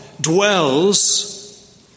dwells